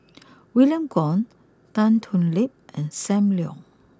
William Goode Tan Thoon Lip and Sam Leong